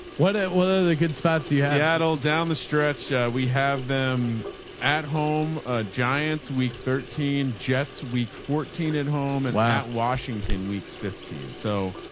what, what are the good spots you had all down the stretch. we have them at home ah giants week, thirteen jets, week fourteen at home and ah washington weeks fifteen. so